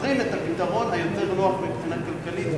בוחרים את הפתרון היותר-נוח מבחינה כלכלית,